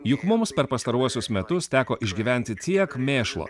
juk mums per pastaruosius metus teko išgyventi tiek mėšlo